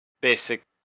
basic